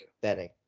betting